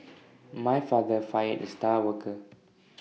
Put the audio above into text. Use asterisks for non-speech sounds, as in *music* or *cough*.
*noise* my father fired the star worker